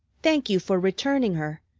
thank you for returning her.